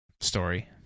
story